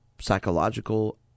Psychological